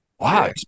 Wow